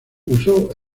usó